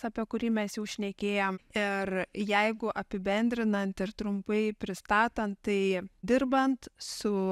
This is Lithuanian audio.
apie kurį mes jau šnekėjom ir jeigu apibendrinant ir trumpai pristatant tai dirbant su